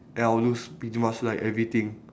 and I'll lose pretty much like everything